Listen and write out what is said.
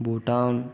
Bhutan